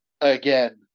again